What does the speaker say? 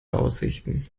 aussichten